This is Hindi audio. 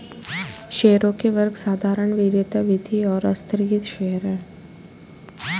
शेयरों के वर्ग साधारण, वरीयता, वृद्धि और आस्थगित शेयर हैं